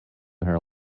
her